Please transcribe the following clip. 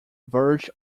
verge